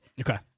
Okay